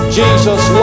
jesus